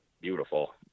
beautiful